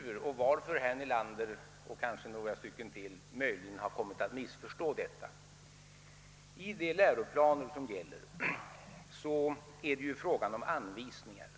tidigare uttalanden, eftersom herr Nelander — och kanske några till — möjligen har kommit att missförstå mig. I de läroplaner som utarbetats är det ju fråga om anvisningar.